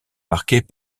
marqués